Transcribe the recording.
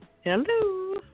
Hello